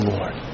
Lord